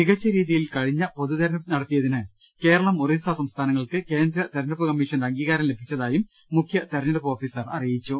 മികച്ച രീതിയിൽ കഴിഞ്ഞ പൊതുതെരഞ്ഞെടുപ്പ് നടത്തിപ്പിന് കേരളം ഒറീസ സംസ്ഥാനങ്ങൾക്ക് കേന്ദ്ര തെരഞ്ഞെടുപ്പ് കമ്മീഷന്റെ അംഗീകാരം ലഭിച്ചതായി മുഖ്യ തെരഞ്ഞെടുപ്പ് ഓഫീസർ അറിയിച്ചു